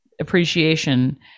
appreciation